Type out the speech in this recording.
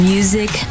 Music